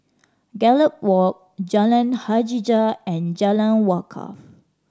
Gallop Walk Jalan Hajijah and Jalan Wakaff